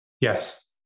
Yes